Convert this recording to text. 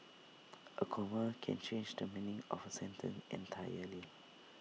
A comma can change the meaning of A sentence entirely